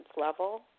level